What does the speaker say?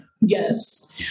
Yes